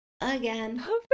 again